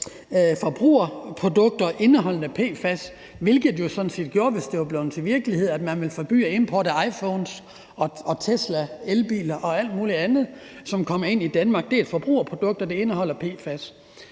forbrugerprodukter indeholdende PFAS, hvilket jo sådan set, hvis det var blevet virkelighed, ville forbyde import af iPhones og Tesla-elbiler og alt muligt andet, som kommer ind i Danmark. Det er forbrugerprodukter, der indeholder PFAS.